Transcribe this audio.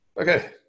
Okay